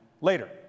later